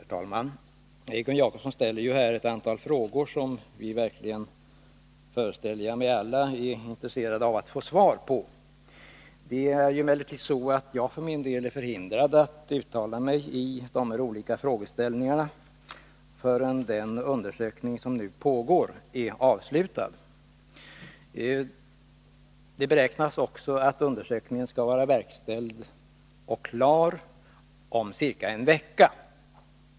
Herr talman! Egon Jacobsson ställer ett antal frågor som vi alla, föreställer jag mig, verkligen är intresserade av att få svar på. Jag är emellertid förhindrad att uttala mig om de här olika frågeställningarna innan den undersökning som nu pågår är avslutad. Undersökningen beräknas vara klar om ca en vecka.